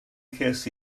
ces